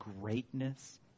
greatness